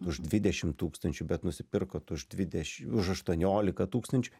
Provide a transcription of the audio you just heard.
už dvidešimt tūkstančių nusipirkot už dvideši už aštuoniolika tūkstančių